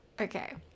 okay